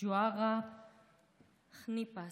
ג'והרה חניפס,